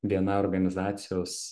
bni organizacijos